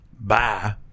Bye